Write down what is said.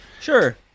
Sure